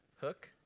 Hook